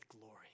glory